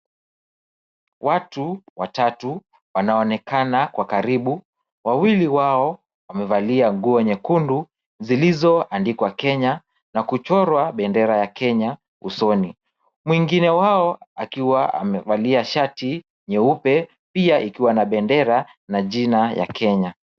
Watu watatu wanaonekana kwa karibu. Wawili wao wamevalia nguo nyekundu zilizoandikwa Kenya na kuchorwa bendera ya Kenya usoni mwingine wao akiwa amevalia shati nyeupe pia ikiwa na bendera na jina ya Kenya.